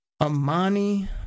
Amani